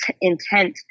intent